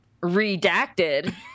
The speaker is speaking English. redacted